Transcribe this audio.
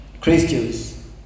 Christians